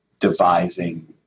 devising